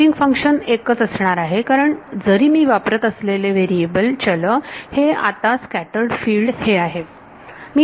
testing function एकच असणार आहे कारण जरी मी वापरत असलेले चल हे आता स्कॅटरर्ड फिल्ड हे आहे